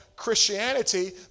Christianity